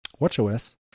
watchOS